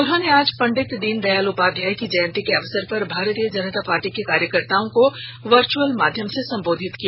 उन्होंने आज पंडित दीनदयाल उपाध्याय की जयंती के अवसर पर भारतीय जनता पार्टी के कार्यकर्ताओं को वर्चुअल माध्यम से संबोधित किया